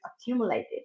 accumulated